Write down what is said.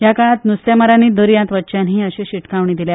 ह्या काळांत नुस्तेमारांनी दर्यांत वच्चें न्हय अशी शिटकावणी दिल्या